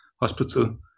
hospital